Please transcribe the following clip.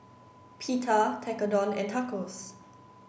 Pita Tekkadon and Tacos